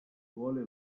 vuole